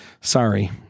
sorry